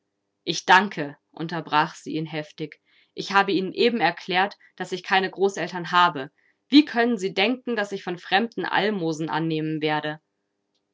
ich danke unterbrach sie ihn heftig ich habe ihnen eben erklärt daß ich keine großeltern habe wie können sie denken daß ich von fremden almosen annehmen werde